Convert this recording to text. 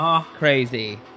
Crazy